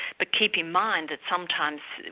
but keep in mind that sometimes,